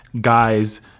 guys